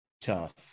tough